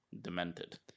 Demented